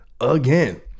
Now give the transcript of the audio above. again